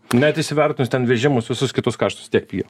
net įsivertinus ten vežimus visus kitus kaštus vis tiek pigiau